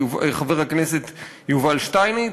חבר הכנסת יובל שטייניץ,